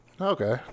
Okay